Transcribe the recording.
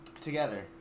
together